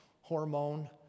hormone